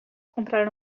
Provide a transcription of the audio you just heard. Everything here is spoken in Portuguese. comprar